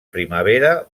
primavera